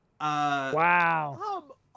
Wow